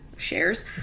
shares